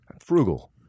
Frugal